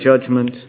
judgment